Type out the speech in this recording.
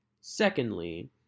Secondly